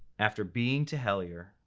after being to hellier,